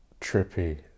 trippy